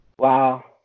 Wow